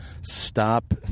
stop